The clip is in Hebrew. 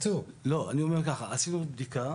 לא, אני אומר ככה, עשינו בדיקה.